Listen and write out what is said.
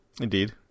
Indeed